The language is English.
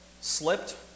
slipped